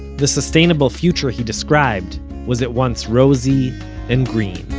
the sustainable future he described was at once rosy and green